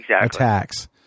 attacks